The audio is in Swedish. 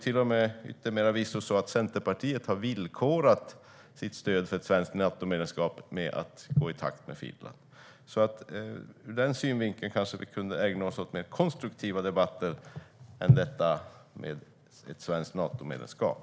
Till yttermera visso har Centerpartiet villkorat sitt stöd för ett svenskt Natomedlemskap med att gå i takt med Finland. Ur den synvinkeln kanske vi kunde ägna oss åt mer konstruktiva debatter än att debattera svenskt Natomedlemskap.